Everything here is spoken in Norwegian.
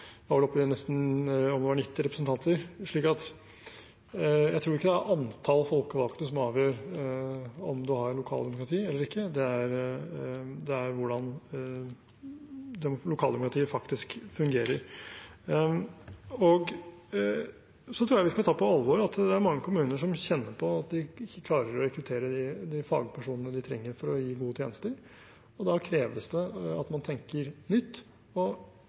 tror ikke det er antall folkevalgte som avgjør om man har lokaldemokrati eller ikke. Det er hvordan lokaldemokratiet faktisk fungerer. Og jeg tror vi skal ta på alvor at det er mange kommuner som kjenner på at de ikke klarer å rekruttere de fagpersonene de trenger for å gi gode tjenester, og da kreves det at man tenker nytt. Kommunesammenslåing er ikke svaret på alt, men det kan være et svar for noen – og